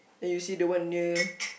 then you see the one near